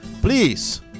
please